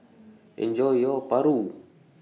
Enjoy your Paru